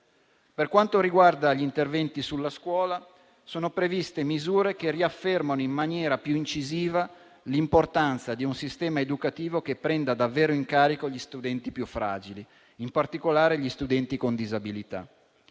Per quanto riguarda gli interventi sulla scuola, sono previste misure che riaffermano in maniera più incisiva l'importanza di un sistema educativo che prenda davvero in carico gli studenti più fragili, in particolare gli studenti con disabilità.